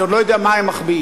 אני עוד לא יודע מה הם מחביאים,